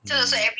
mm